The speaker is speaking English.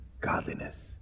godliness